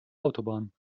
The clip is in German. autobahn